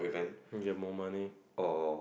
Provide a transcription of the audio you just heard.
you get more money